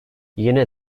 yine